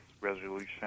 resolution